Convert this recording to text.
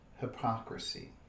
hypocrisy